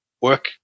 work